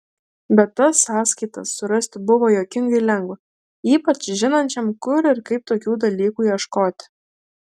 bet tas sąskaitas surasti buvo juokingai lengva ypač žinančiam kur ir kaip tokių dalykų ieškoti